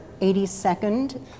82nd